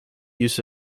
use